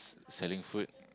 selling food